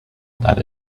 that